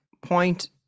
point